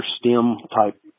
STEM-type